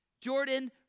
Jordan